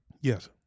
yes